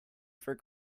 for